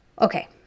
Okay